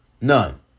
None